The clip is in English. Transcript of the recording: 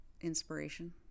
inspiration